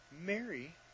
Mary